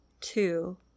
two